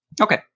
Okay